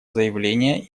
заявление